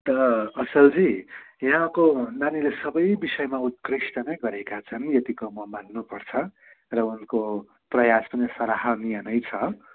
त असलजी यहाँको नानीले सबै विषयमा उत्कृष्ट नै गरेका छन् यतिको म मान्नुपर्छ र उनको प्रयास पनि सराहनीय नै छ